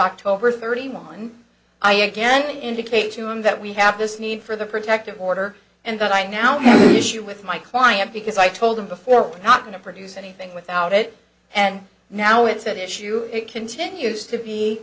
october thirty one i again indicate to him that we have this need for the protective order and that i now do with my client because i told him before not going to produce anything without it and now it's an issue it continues to be